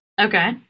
Okay